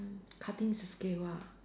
mm cutting is a skill ah